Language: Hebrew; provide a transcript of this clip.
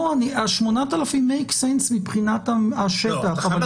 ה-8,000 עושים שכל מבחינת השטח --- אתה